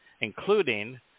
including